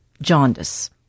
jaundice